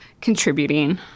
contributing